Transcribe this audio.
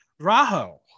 raho